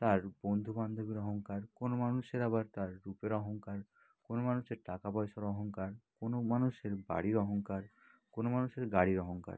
তার বন্ধুবান্ধবের অহংকার কোনও মানুষের আবার তার রূপের অহংকার কোনও মানুষের টাকা পয়সার অহংকার কোনও মানুষের বাড়ির অহংকার কোনও মানুষের গাড়ির অহংকার